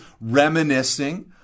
reminiscing